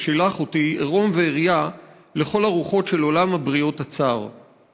ושילח אותי ערום ועריה/ לכל הרוחות של עולם הבריות הצר./